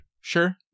Sure